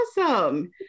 awesome